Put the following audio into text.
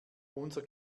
unser